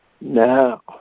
now